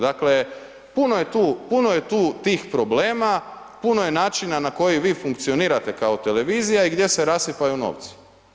Dakle, puno je tu tih problema, puno je način na koji vi funkcionirate kao televizija i gdje se rasipaju novci.